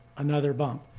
another bump.